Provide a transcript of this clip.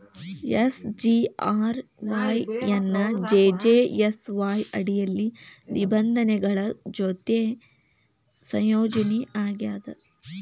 SGRY ಎನ್ನಾ JJSY ಅಡಿಯಲ್ಲಿ ನಿಬಂಧನೆಗಳ ಜೊತಿ ಸಂಯೋಜನಿ ಆಗ್ಯಾದ